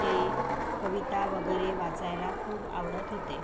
जे कविता वगैरे वाचायला खूप आवडत होते